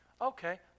okay